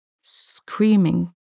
screaming